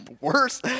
worse